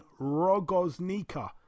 Rogoznica